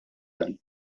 dan